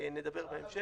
נדבר בהמשך.